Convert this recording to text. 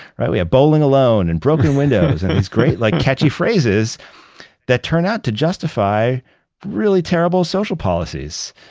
right? we have bowling alone, and broken windows, and these great like catchy phrases that turn out to justify really terrible social policies.